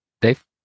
Dave